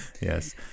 Yes